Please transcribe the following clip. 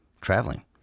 traveling